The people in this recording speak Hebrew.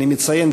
אני מציין,